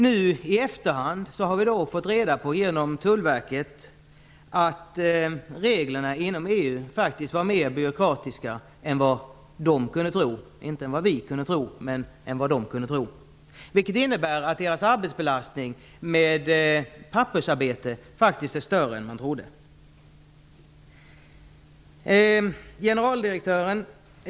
Nu i efterhand har vi genom Tullverket fått reda på att reglerna inom EU är mera byråkratiska än vad man kunde tro - men inte mer än vad vi kunde tro. Det innebär att Tullverkets arbetsbelastning med pappersarbete är större än vad man hade trott.